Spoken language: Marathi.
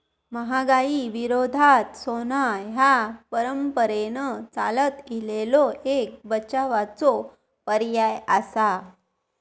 महागाई विरोधात सोना ह्या परंपरेन चालत इलेलो एक बचावाचो पर्याय आसा